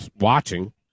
watching